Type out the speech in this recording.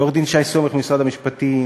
לעורך-דין שי סומך ממשרד המשפטים,